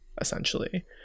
essentially